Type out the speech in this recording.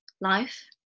life